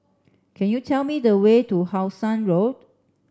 can you tell me the way to How Sun Road